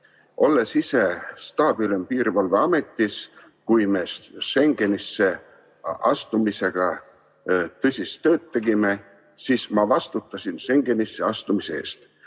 Olles ise staabiülem piirivalveametis, kui me Schengenisse astumisega tõsist tööd tegime, vastutasin ma Schengenisse astumise eest.